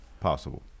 possible